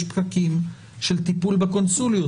יש פקקים בטיפול של הקונסוליות.